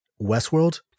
Westworld